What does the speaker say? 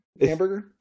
hamburger